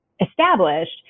established